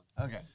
Okay